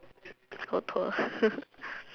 poor poor